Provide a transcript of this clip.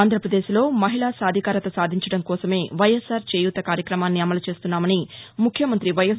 ఆంధ్రపదేశ్లో మహిళా సాధికారత సాధించడం కోసమే వైఎస్పార్ చేయూత కార్యక్రమాన్ని ను అమలు చేస్తున్నామని ముఖ్యమంతి వైఎస్